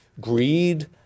greed